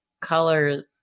color